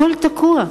הכול תקוע.